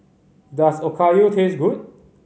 does Okayu taste good